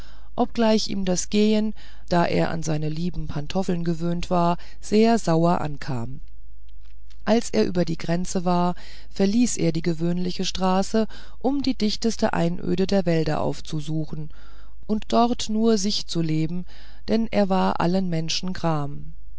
obgleich ihm das gehen da er an seine lieben pantoffel gewöhnt war sehr sauer ankam als er über der grenze war verließ er die gewöhnliche straße um die dichteste einöde der wälder aufzusuchen und dort nur sich zu leben denn er war allen menschen gram